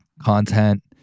Content